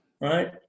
Right